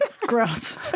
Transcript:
Gross